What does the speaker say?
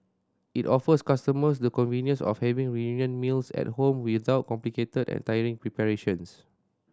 it offers customers the convenience of having reunion meals at home without complicated and tiring preparations